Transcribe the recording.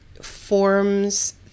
forms